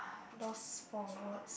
lost for words